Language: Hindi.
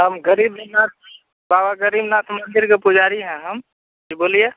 हम ग़रीबनाथ बाबा ग़रीबनाथ मंदिर के पुजारी हैं हम जी बोलिए